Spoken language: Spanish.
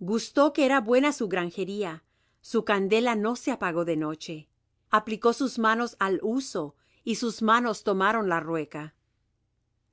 gustó que era buena su granjería su candela no se apagó de noche aplicó sus manos al huso y sus manos tomaron la rueca